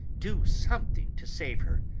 do something to save her.